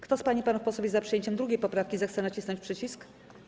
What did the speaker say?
Kto z pań i panów posłów jest za przyjęciem 2. poprawki, zechce nacisnąć przycisk.